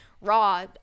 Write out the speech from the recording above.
Raw